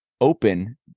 open